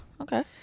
okay